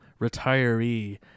retiree